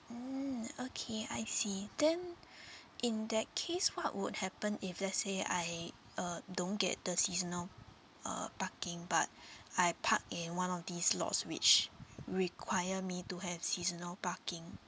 mm okay I see then in that case what would happen if let's say I uh don't get the seasonal uh parking but I park in one of these lots which require me to have seasonal parking